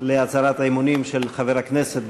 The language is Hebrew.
להצהרת האמונים של חבר הכנסת,